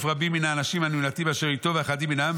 רבים מן האנשים הנמלטים אשר איתו ואחדים מן העם,